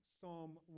Psalm